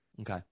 Okay